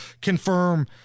confirm